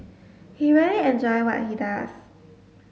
he really enjoy what he does